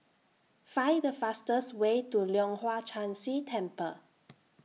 Find The fastest Way to Leong Hwa Chan Si Temple